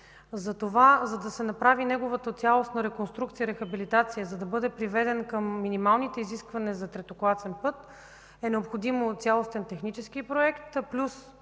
ширина. За да се направи неговата цялостна реконструкция, рехабилитация, за да бъде приведен към минималните изисквания за третокласен път, е необходимо цялостен технически проект плюс